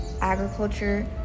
Agriculture